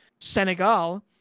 Senegal